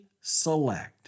select